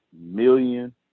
million